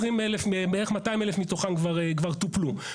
בערך 200,000 מתוכם כבר טופלו.